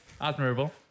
admirable